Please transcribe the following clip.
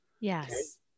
Yes